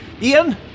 Ian